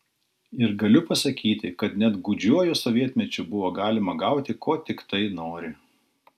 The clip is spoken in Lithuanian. ir galiu pasakyti kad net gūdžiuoju sovietmečiu buvo galima gauti ko tiktai nori